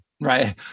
Right